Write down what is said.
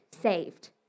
saved